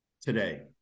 today